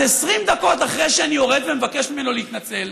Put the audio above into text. אז 20 דקות אחרי שאני יורד ומבקש ממנו להתנצל,